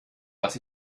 was